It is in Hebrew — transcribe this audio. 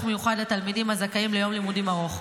מיוחד לתלמידים הזכאים ליום לימודים ארוך.